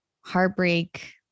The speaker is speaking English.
heartbreak